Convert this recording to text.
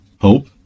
hope